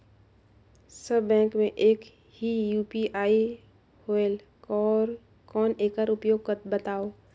सब bank मे एक ही यू.पी.आई होएल कौन एकर उपयोग बताव?